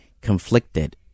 conflicted